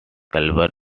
culver